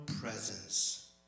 presence